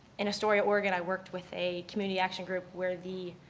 in a story at oregon, i worked with a community action group where the